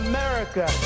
America